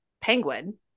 Penguin